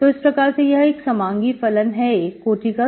तो इस प्रकार अब यह एक समांगी फलन है एक कोटि का